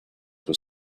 were